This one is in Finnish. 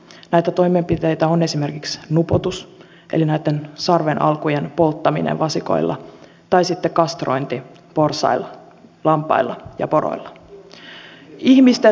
näitä toimenpiteitä ovat esimerkiksi nupoutus eli sarven alkujen polttaminen vasikoilla tai sitten kastrointi porsailla lampailla ja poroilla